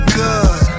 good